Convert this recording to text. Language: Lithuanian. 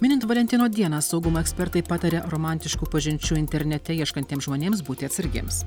minint valentino dieną saugumo ekspertai pataria romantiškų pažinčių internete ieškantiems žmonėms būti atsargiems